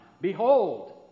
Behold